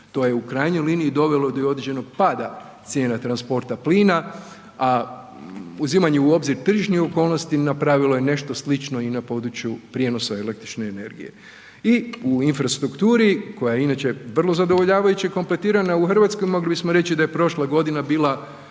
To je u krajnjoj liniji dovelo do određenog pada cijena transporta plina, a uzimanje u obzir tržišnih okolnosti napravilo je nešto slično i na području prijenosa električne energije i u infrastrukturi koja je inače vrlo zadovoljavajuće kompletirana u RH, mogli bismo reći da je prošla godina bila